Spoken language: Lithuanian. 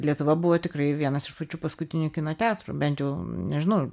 lietuva buvo tikrai vienas iš pačių paskutinių kino teatrų bent jau nežinau